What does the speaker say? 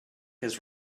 his